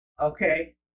okay